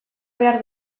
behar